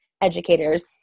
educators